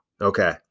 Okay